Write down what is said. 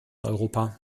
europa